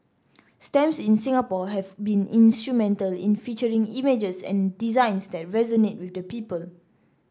stamps in Singapore have been instrumental in featuring images and designs that resonate with the people